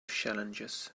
challenges